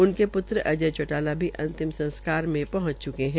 उनके प्रत्र अजय चोटाला भी अंतिम संस्कार में पहुंच चुके है